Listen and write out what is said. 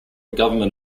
government